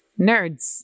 Nerds